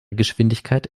geschwindigkeit